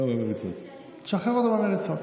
שחרר אותו מהמריצות.